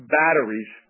batteries